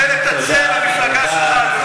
תודה רבה.